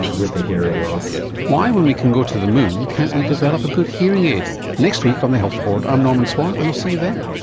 with the hearing loss. why when we can go to the moon can't we develop a good hearing aid? next week on the health report. i'm norman swan, and i'll see you then